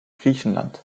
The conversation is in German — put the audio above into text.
griechenland